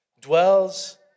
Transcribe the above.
Dwells